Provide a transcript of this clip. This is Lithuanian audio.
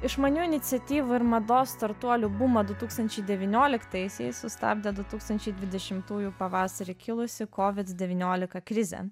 išmanių iniciatyvų ir mados startuolių bumą du tūkstančiai devynioliktaisiais sustabdė du tūkstančiai dvidešimtųjų pavasarį kilusi kovid devyniolika krizė